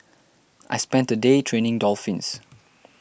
I spent a day training dolphins